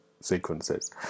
sequences